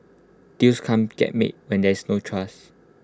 deals can't get made when there is no trust